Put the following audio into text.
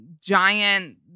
giant